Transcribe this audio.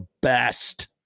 best